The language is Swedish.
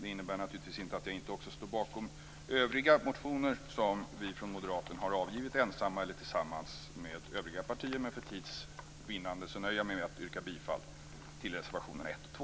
Det innebär naturligtvis inte att vi inte står bakom också övriga motioner som vi moderater har väckt ensamma eller tillsammans med övriga partier, men för tids vinnande nöjer jag mig med att yrka bifall till reservationerna 1 och 2.